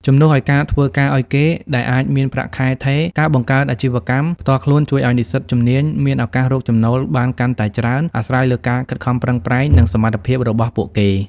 ជំនួសឱ្យការធ្វើការឱ្យគេ ដែលអាចមានប្រាក់ខែថេរ ការបង្កើតអាជីវកម្មផ្ទាល់ខ្លួនជួយឱ្យនិស្សិតជំនាញមានឱកាសរកចំណូលបានកាន់តែច្រើន អាស្រ័យលើការខិតខំប្រឹងប្រែង និងសមត្ថភាពរបស់ពួកគេ។